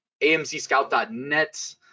AMCScout.net